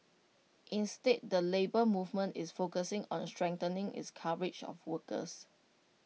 instead the Labour Movement is focusing on strengthening its coverage of workers